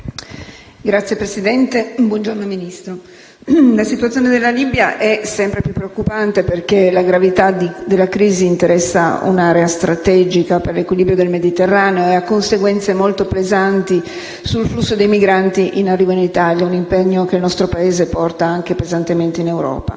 Signor Presidente, signora Ministro, la situazione della Libia è sempre più preoccupante, perché la gravità della crisi interessa un'area strategica per l'equilibrio del Mediterraneo e ha conseguenze molto pesanti sul flusso dei migranti in arrivo in Italia, un impegno che il nostro Paese porta anche pesantemente in Europa.